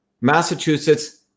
Massachusetts